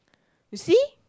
you see